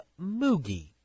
Moogie